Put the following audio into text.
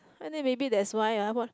and then maybe that's why ah what